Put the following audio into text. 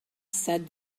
said